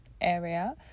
area